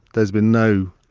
there's been no